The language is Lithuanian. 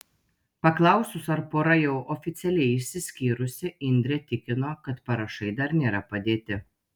paklausus ar pora jau oficialiai išsiskyrusi indrė tikino kad parašai dar nėra padėti